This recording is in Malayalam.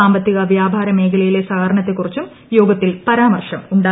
സാമ്പത്തിക വ്യാപാര മേഖലയിലെ സഹകരണത്തെ കുറിച്ചും യോഗത്തിൽ പരാമർശം ഉണ്ടായി